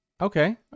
okay